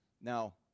Now